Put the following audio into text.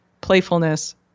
playfulness